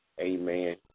amen